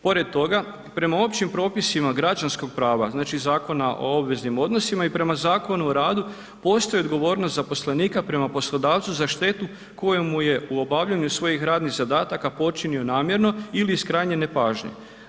Pored toga, prema općim propisima građanskog prava, znači Zakona o obveznim odnosima i prema Zakonu o radu postoji odgovornost zaposlenika prema poslodavcu za štetu koju mu je u obavljanju svojih radnih zadataka počinio namjerno ili iz krajnje nepažnje.